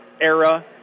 era